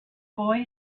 boy